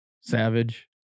Savage